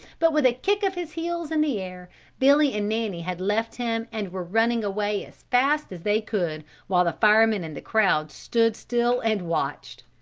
but with a kick of his heels in the air billy and nanny had left him and were running away as fast as they could while the firemen and the crowd stood still and watched.